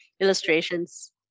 illustrations